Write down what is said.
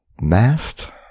mast